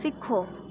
सिक्खो